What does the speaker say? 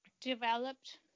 developed